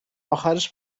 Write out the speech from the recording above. آخرش